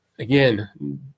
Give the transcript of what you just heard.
Again